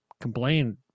complain